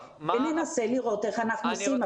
וננסה לראות איך אנחנו עושים,